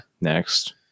Next